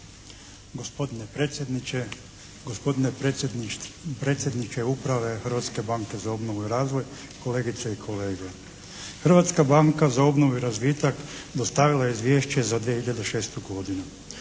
Gospodine predsjedniče, gospodine predsjedniče Uprave Hrvatske banke za obnovu i razvoj, kolegice i kolege. Hrvatska banka za obnovu i razvitak dostavila je Izvješće za 2006. godinu.